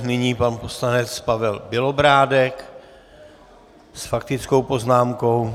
Nyní pan poslanec Pavel Bělobrádek s faktickou poznámkou.